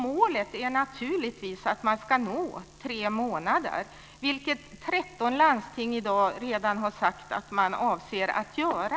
Målet är naturligtvis att man ska nå tre månaders väntetid, vilket 13 landsting redan i dag har sagt att man avser att göra.